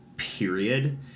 Period